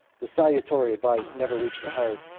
the salutary advice never reached the heart,